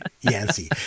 yancy